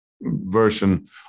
version